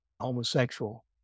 homosexual